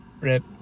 Rip